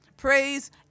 Praise